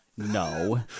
no